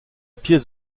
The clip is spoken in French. pièce